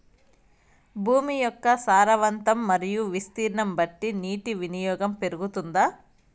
భూమి యొక్క సారవంతం మరియు విస్తీర్ణం బట్టి నీటి వినియోగం పెరుగుతుందా?